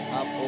up